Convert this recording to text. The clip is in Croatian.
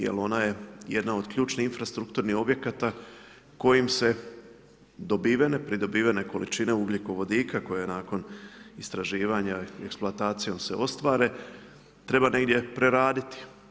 Jer ona jedna od ključnih infrastrukturnih objekata, kojim se dobivene, pridobivene količine ugljikovodika, koje nakon istraživanja eksplantacijom se ostvare, treba negdje preraditi.